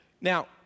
Now